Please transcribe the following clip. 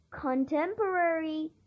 contemporary